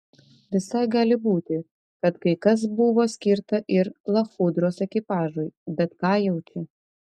visai gali būti kad kai kas buvo skirta ir lachudros ekipažui bet ką jau čia